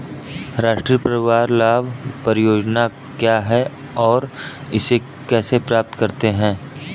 राष्ट्रीय परिवार लाभ परियोजना क्या है और इसे कैसे प्राप्त करते हैं?